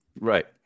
Right